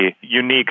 unique